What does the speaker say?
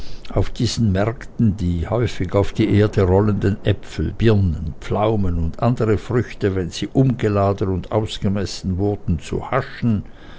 auf diesen märkten die häufig auf die erde rollenden apfel birnen pflaumen und andere früchte wenn sie umgeladen und ausgemessen wurden zu haschen